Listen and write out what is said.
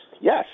yes